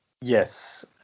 Yes